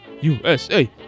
USA